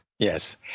Yes